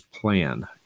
plan